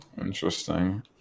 Interesting